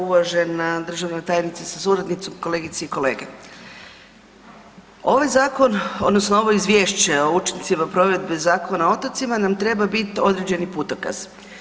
Uvažena državna tajnice sa suradnicom, kolegice i kolege, ovaj zakon odnosno ovo izvješće o učincima provedbe Zakona o otocima nam treba biti određeni putokaz.